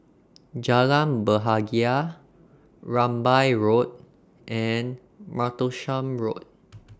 Jalan Bahagia Rambai Road and Martlesham Road